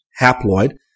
haploid